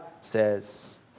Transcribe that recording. says